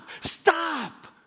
stop